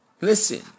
Listen